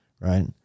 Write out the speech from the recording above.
right